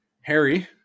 Harry